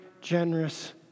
generous